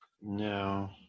No